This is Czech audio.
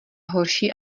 horší